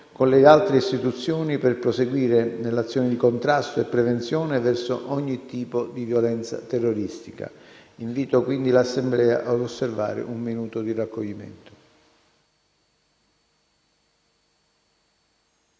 con le altre istituzioni per proseguire nell'azione di contrasto e prevenzione verso ogni tipo di violenza terroristica. Invito quindi l'Assemblea a osservare un minuto di raccoglimento.